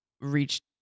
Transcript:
reached